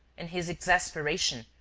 in his exasperation,